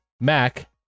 Mac